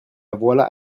voilà